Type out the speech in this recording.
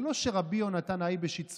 זה לא שרבי יהונתן אייבשיץ צודק,